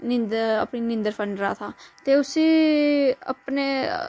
नींदर अपनी नींदर फंड रहा था ते उसी अपने